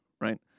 Right